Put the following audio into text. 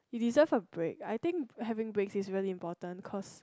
you deserve a break I think having breaks is really important cause